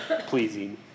pleasing